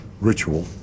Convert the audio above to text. ritual